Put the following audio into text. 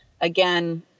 again